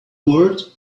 world